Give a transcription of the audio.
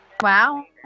Wow